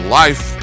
life